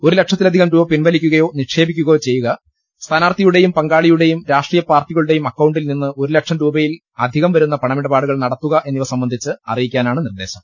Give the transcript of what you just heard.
ഒരു ലക്ഷത്തിലധികം രൂപ പിൻവലിക്കുകയോ നിക്ഷേപിക്കുകയോ ചെയ്യുക സ്ഥാനാർത്ഥി യുടെയും പങ്കാളിയുടെയും രാഷ്ട്രീയ പാർട്ടികളുടെയും അക്കൌ ണ്ടിൽ നിന്ന് ഒരു ലക്ഷം രൂപയിൽ അധികം വിരുന്നു പണമിടപാടു കൾ നടത്തുക എന്നിവ സംബന്ധിച്ച് അറിയിക്കാനാണ് നിർദേശം